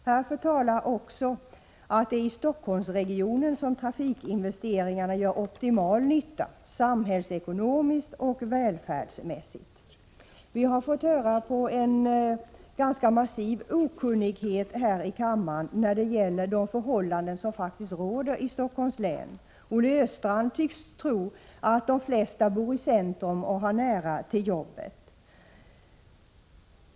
Härför talar även att det är i Stockholmsregionen som trafikinvesteringarna gör optimal nytta, samhällsekonomiskt och välfärdsmässigt. Vi har fått bevittna en ganska massiv okunnighet om förhållandena i Stockholms län. Olle Östrand tycks tro att de flesta bor i centrum och har nära till jobbet.